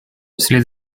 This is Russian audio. вслед